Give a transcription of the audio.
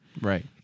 Right